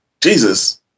Jesus